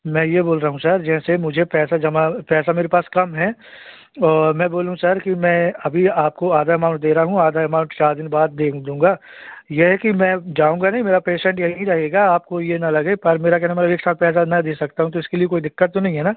मैं यह बोल रहा हूँ सर जैसे मुझे पैसा जमा पैसा मेरे पास कम है और मैं बोलूँ सर कि मैं अभी आपको आधा एमाउन्ट दे रहा हूँ आधा एमाउन्ट चार दिन बाद दे दूँगा यह है कि मैं जाऊँगा नहीं मेरा पेशेन्ट यहीं रहेगा आपको यह ना लगे पर मेरा कहने का मतलब एकसाथ पैसा न दे सकता हूँ तो इसके लिए कोई दिक्कत तो नहीं है ना